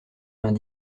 vingt